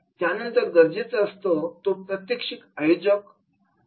त्यानंतर गरजेचा असतो तो प्रात्यक्षिक आयोजक